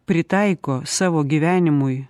pritaiko savo gyvenimui